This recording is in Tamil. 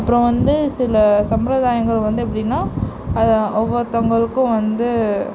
அப்புறம் வந்து சில சம்பரதாயங்கள் வந்து எப்படினா அதை ஒவ்வொருத்தவர்களுக்கும் வந்து